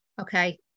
okay